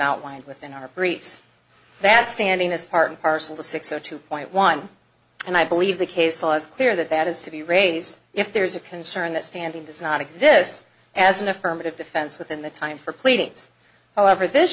outlined within our briefs that standing is part and parcel to six o two point one and i believe the case law is clear that that has to be raised if there's a concern that standing does not exist as an affirmative defense within the time for pleadings however this